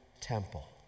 temple